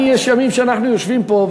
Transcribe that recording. יש ימים שאנחנו יושבים פה,